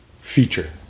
feature